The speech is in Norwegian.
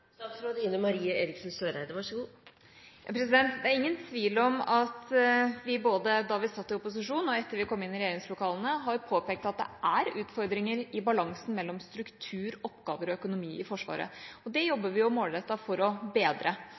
Det er ingen tvil om at vi har påpekt – både da vi satt i opposisjon og etter at vi kom inn i regjeringslokalene – at det er utfordringer i balansen mellom struktur, oppgaver og økonomi i Forsvaret. Det jobber vi målrettet for å bedre.